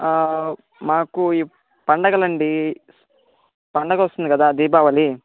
మాకూ ఇ పండగలండి పండగొస్తుంది కదా దీపావళి